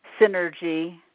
synergy